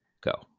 go